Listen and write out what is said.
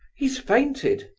he's fainted!